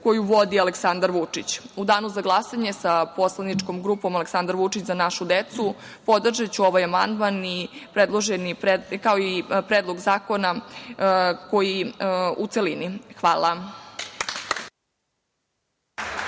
koju vodi Aleksandar Vučić.U danu za glasanje sa poslaničkom grupom „Aleksandar Vučić – Za našu decu“ podržaću ovaj amandman, kao i Predlog zakona, u celini. Hvala.